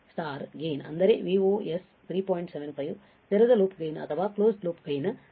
75 ತೆರೆದ loop gain ಅಥವಾ closed loop gain 375